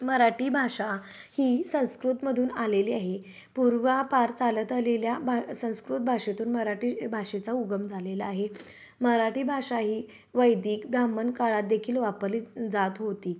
मराठी भाषा ही संस्कृतमधून आलेली आहे पूर्वापार चालत आलेल्या भा संस्कृत भाषेतून मराठी भाषेचा उगम झालेला आहे मराठी भाषा ही वैदिक ब्राह्मण काळात देखील वापरली जात होती